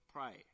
Pray